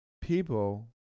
people